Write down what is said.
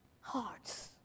hearts